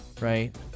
right